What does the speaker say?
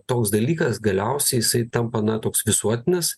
toks dalykas galiausiai jisai tampa na toks visuotinis